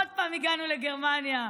עוד פעם הגענו לגרמניה,